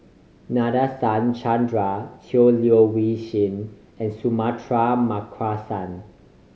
Nadasen Chandra Tan Leo Wee Hin and Suratman Markasan